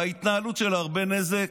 בהתנהלות שלה, הרבה נזק,